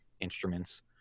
instruments